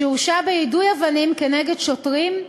שהורשע ביידוי אבנים כנגד שוטרים,